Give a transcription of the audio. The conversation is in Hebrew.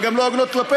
אבל גם לא הוגנות כלפיה.